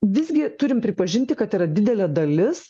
visgi turim pripažinti kad yra didelė dalis